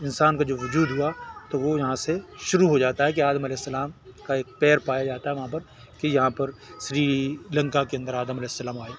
انسان کا جو وجود ہوا تو وہ یہاں سے شروع ہو جاتا ہے کہ آدم علیہ السلام کا ایک پیر پایا جاتا ہے وہاں پر کہ یہاں پر سری لنکا کے اندر آدم علیہ السلام آئے